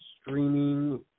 streaming